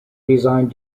designed